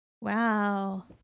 Wow